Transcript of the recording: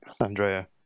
Andrea